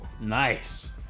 Nice